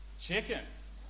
Chickens